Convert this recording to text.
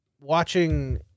watching